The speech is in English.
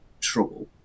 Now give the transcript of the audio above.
trouble